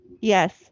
Yes